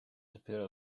dopiero